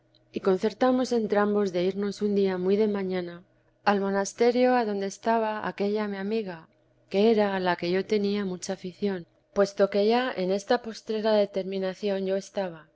y concertamos entrambos de irnos un día muy de mañana al monasterio adonde estaba aquella mi amiga que era a la que yo tenía mucha afición puesto que ya en esta postrera determivida i